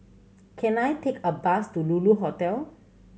can I take a bus to Lulu Hotel